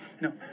no